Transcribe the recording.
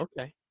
Okay